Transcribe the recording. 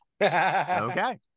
Okay